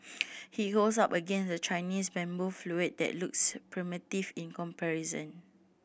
he holds up against a Chinese bamboo flute that looks primitive in comparison